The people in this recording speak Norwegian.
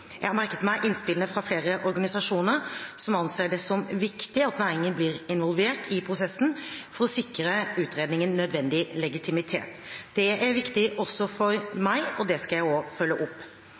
Jeg har merket meg innspillene fra flere organisasjoner, som anser det som viktig at næringen blir involvert i prosessen for å sikre utredningen nødvendig legitimitet. Det er viktig også for meg, og det skal jeg følge opp.